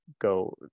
go